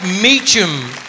Meacham